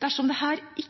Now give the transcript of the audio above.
Dersom dette ikke har den effekten man ønsker, mener vi at det